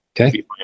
Okay